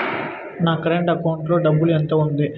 నా current account లో డబ్బులు ఎంత ఉంది?